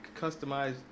customize